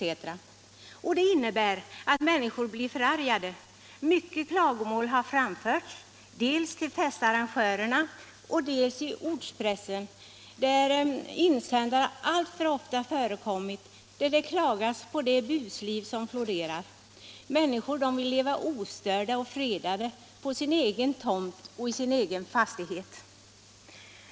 Detta medför att människor blir förargade. Många klagomål har framförts dels till festarrangörerna, dels i ortspressen, där insändare ofta förekommit, vari det klagats på det busliv som florerar. Människor vill ju leva ostört och fredat på sin egen tomt och i sin egen fastighet.